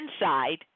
inside